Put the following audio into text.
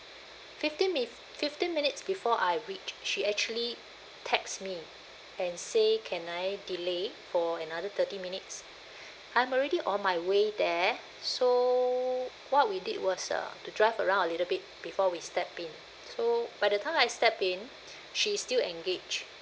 fifteen min~ fifteen minutes before I reach she actually text me and say can I delay for another thirty minutes I'm already on my way there so what we did was uh to drive around a little bit before we step in so by the time I step in she's still engaged